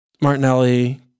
Martinelli